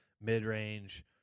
mid-range –